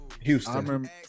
Houston